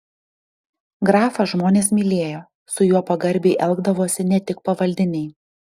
grafą žmonės mylėjo su juo pagarbiai elgdavosi ne tik pavaldiniai